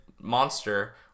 monster